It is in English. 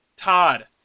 Todd